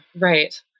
right